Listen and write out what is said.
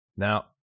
Now